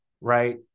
right